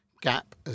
gap